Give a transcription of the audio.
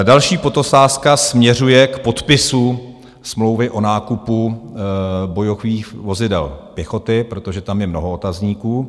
Další podotázka směřuje k podpisu smlouvy o nákupu bojových vozidel pěchoty, protože tam je mnoho otazníků.